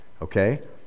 okay